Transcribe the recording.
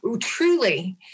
Truly